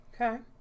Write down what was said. Okay